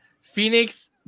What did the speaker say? Phoenix